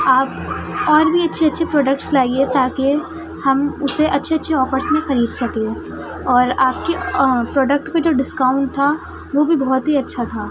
آپ اور بھی اچھے اچھے پروڈکٹس لائیے تاکہ ہم اسے اچھے اچھے آفرس میں خرید سکیں اور آپ كی پروڈكٹ پہ جو ڈسكاؤنٹ تھا وہ بھی بہت ہی اچھا تھا